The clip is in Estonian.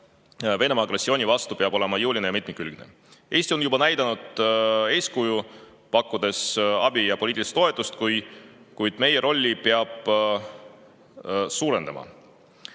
Venemaa agressiooni vastu peab olema jõuline ja mitmekülgne. Eesti on juba näidanud eeskuju, pakkudes abi ja poliitilist toetust, kuid meie rolli peab suurendama.